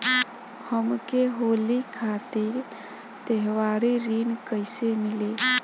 हमके होली खातिर त्योहारी ऋण कइसे मीली?